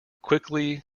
quickly